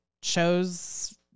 chose